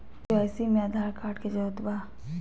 KYC में Aadhaar card के जरूरत बा?